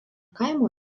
kaimo